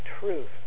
truth